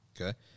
Okay